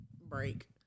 break